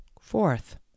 Fourth